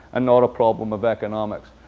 and not a problem of economics.